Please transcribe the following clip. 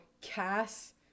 Cass